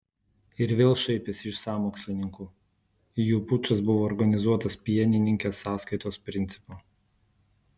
ir vėl šaipėsi iš sąmokslininkų jų pučas buvo organizuotas pienininkės sąskaitos principu